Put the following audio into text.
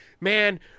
Man